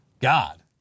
God